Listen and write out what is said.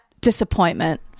disappointment